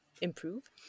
improve